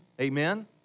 amen